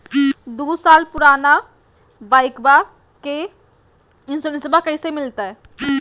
दू साल पुराना बाइकबा के इंसोरेंसबा कैसे मिलते?